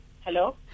Hello